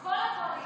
כל הקואליציה,